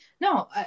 No